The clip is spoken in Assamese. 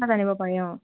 না জানিব পাৰি অঁ